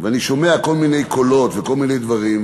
ואני שומע כל מיני קולות וכל מיני דברים,